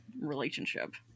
relationship